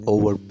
Over